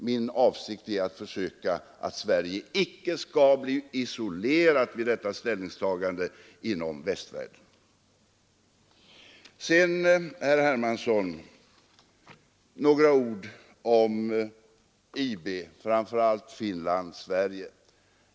Min avsikt är att försöka verka för att Sverige icke skall bli isolerat vid detta ställningstagande inom västvärlden. Sedan, herr Hermansson, några ord om IB, framför allt Finland— Sverige.